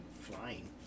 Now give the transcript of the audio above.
flying